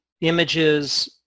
images